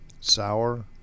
sour